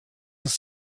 uns